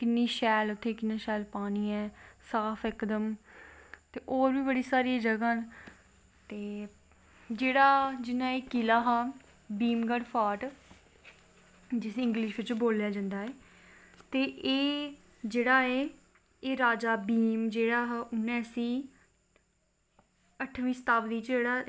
ते इन्ना शैल इन्ना ठंडा इलाका प्हाड़ियें च शिवजी बसे दे इन्नी शैल उंदी गुफा ते इन्ना बड्डा शिव लिंग ते नंदी जी बाह्र बैठे दे ते केदार नाथ च परले आई ही तुसेंगी ते पता गै होना सारा इक शिव जी दा मन्दर बची गेआ हा बाकी सारा किश परले नै चली गेई हा ते शिव जी दा मन्दर बची गेआ हा इन्ना